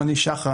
אני שחר,